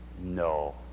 No